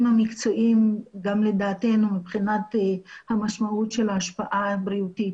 המקצועיים גם לדעתנו מבחינת המשמעות של ההשפעה הבריאותית